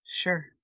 Sure